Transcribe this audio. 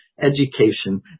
education